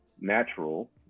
natural